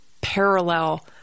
parallel